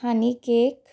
honey cake